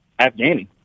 Afghani